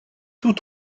tout